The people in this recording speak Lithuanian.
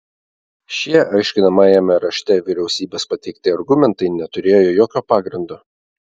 šie aiškinamajame rašte vyriausybės pateikti argumentai neturėjo jokio pagrindo